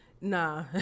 Nah